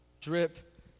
drip